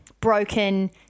broken